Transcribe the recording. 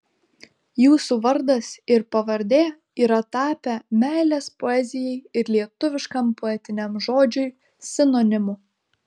jūsų vardas ir pavardė yra tapę meilės poezijai ir lietuviškam poetiniam žodžiui sinonimu